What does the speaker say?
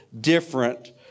different